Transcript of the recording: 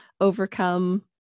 overcome